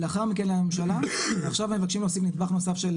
לאחר מכן לממשלה ועכשיו מבקשים להוסיף נדבך נוסף.